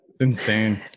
insane